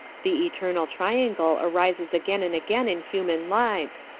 the eternal triangle arises again and again in human lives,